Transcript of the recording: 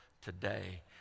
today